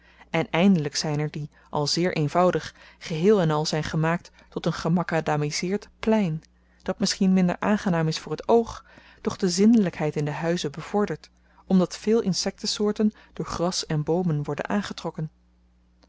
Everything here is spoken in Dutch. en eindelyk zyn er die al zeer eenvoudig geheel-en-al zyn gemaakt tot een gemacadamiseerd plein dat misschien minder aangenaam is voor t oog doch de zindelykheid in de huizen bevordert omdat veel insekten soorten door gras en boomen worden aangetrokken